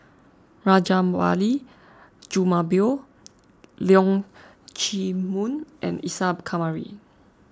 Rajabali Jumabhoy Leong Chee Mun and Isa Kamari